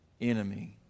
enemy